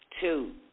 Two